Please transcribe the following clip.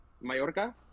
Mallorca